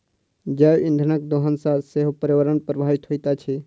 जैव इंधनक दोहन सॅ सेहो पर्यावरण प्रभावित होइत अछि